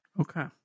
Okay